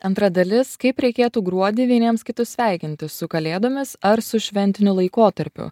antra dalis kaip reikėtų gruodį vieniems kitus sveikinti su kalėdomis ar su šventiniu laikotarpiu